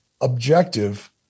objective